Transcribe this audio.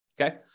Okay